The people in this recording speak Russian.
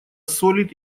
солит